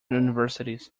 universities